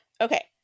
Okay